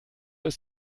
ist